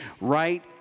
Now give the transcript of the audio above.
right